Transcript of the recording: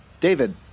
David